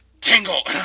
Tingle